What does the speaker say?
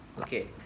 Okay